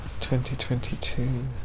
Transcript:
2022